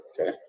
Okay